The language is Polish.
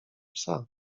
psa